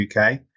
UK